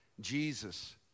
Jesus